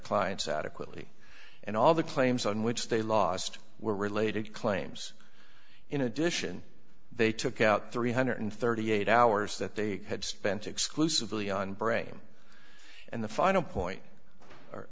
clients adequately and all the claims on which they lost were related claims in addition they took out three hundred and thirty eight hours that they had spent exclusively on brame and the final point